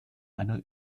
einer